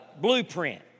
blueprint